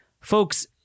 Folks